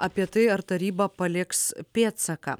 apie tai ar taryba paliks pėdsaką